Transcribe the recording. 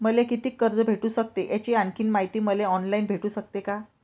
मले कितीक कर्ज भेटू सकते, याची आणखीन मायती मले ऑनलाईन भेटू सकते का?